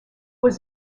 was